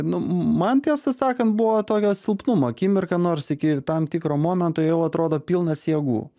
nu man tiesą sakant buvo tokio silpnumo akimirka nors iki tam tikro momento ėjau atrodo pilnas jėgų